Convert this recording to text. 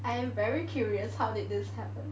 I am very curious how did this happen